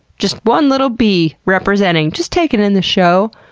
just one little bee, representing. just takin' in the show.